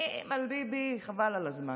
מתים על ביבי, חבל על הזמן.